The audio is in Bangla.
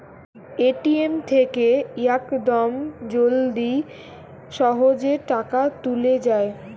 এ.টি.এম থেকে ইয়াকদম জলদি সহজে টাকা তুলে যায়